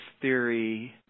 theory